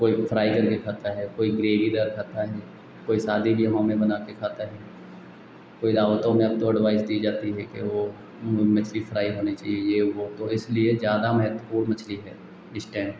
कोई फ़्राई करके खाता है कोई ग्रेवीदार खाता है कोई शादी ब्याहों में बनाकर खाता है कोई दावतों में अब तो एडवाइज़ दी जाती है कि वह उनको मछली फ़्राई होनी चाहिए यह वह तो इसलिए ज़्यादा महत्वपूर्ण मछली है इस टइम